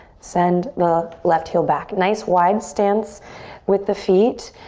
send the left heel back. nice wide stance with the feet.